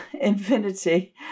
infinity